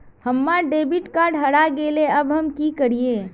हमर debit card हरा गेले अब हम की करिये?